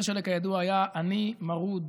הרשל'ה כידוע היה עני מרוד,